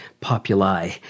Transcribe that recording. populi